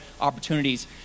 opportunities